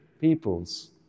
peoples